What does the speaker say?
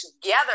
together